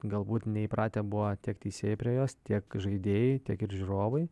galbūt neįpratę buvo tiek teisėjai prie jos tiek žaidėjai tiek ir žiūrovai